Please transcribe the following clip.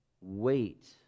Wait